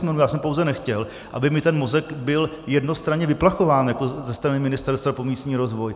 Já jsem pouze nechtěl, aby mi ten mozek byl jednostranně vyplachován ze strany Ministerstva pro místní rozvoj.